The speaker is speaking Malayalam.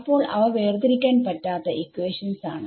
അപ്പോൾ അവ വേർതിരിക്കാൻ പറ്റാത്ത ഇക്വേഷൻസ് ആണ്